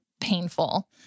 painful